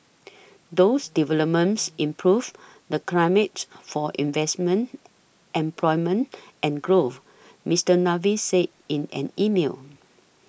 those developments improve the climate for investment employment and growth Mister Davis said in an email